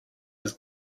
was